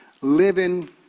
living